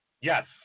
Yes